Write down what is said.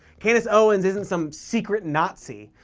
candace owens isn't some secret nazi,